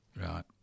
Right